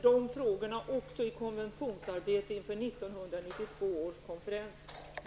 Dessa frågor driver vi också i konventionsarbetet inför 1992 års konferens.